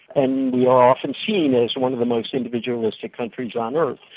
and we are often seen as one of the most individualistic countries on earth.